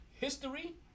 history